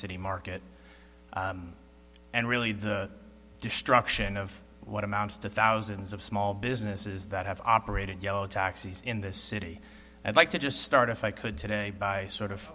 city market and really the destruction of what amounts to thousands of small businesses that have operated yellow taxis in this city and like to just start if i could today by sort of